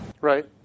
Right